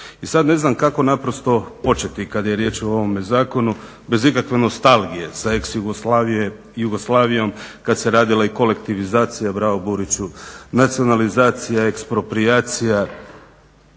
I sad ne znam kako naprosto početi kada je riječ o ovome zakonu bez ikakve nostalgije za ex Jugoslavijom kad se radila i kolektivizacija. Bravo Buriću! Nacionalizacija, eksproprijacija.